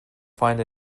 find